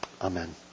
Amen